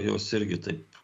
jos irgi taip